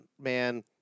man